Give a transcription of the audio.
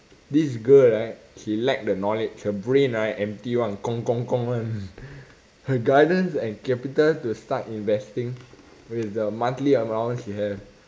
this girl right she lack the knowledge her brain right empty [one] 空空空 [one] her guidance and capital to start investing with the monthly allowance she have